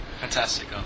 fantastic